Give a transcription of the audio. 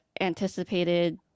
anticipated